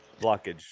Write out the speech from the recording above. Blockage